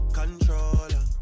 controller